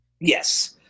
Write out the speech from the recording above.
Yes